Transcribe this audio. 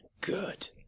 good